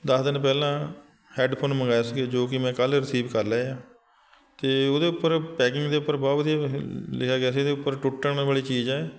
ਦਸ ਦਿਨ ਪਹਿਲਾਂ ਹੈਡਫੋਨ ਮੰਗਾਏ ਸੀਗੇ ਜੋ ਕਿ ਮੈਂ ਕੱਲ੍ਹ ਰਿਸੀਵ ਕਰ ਲਏ ਆ ਅਤੇ ਉਹਦੇ ਉੱਪਰ ਪੈਕਿੰਗ ਦੇ ਉੱਪਰ ਬਹੁਤ ਵਧੀਆ ਲਿਖਿਆ ਗਿਆ ਸੀ ਇਹਦੇ ਉੱਪਰ ਟੁੱਟਣ ਵਾਲੀ ਚੀਜ਼ ਹੈ